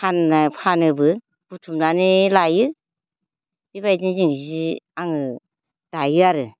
फान फानोबो बुथुमनानै लायो बेबायदिनो जों सि आङो दायो आरो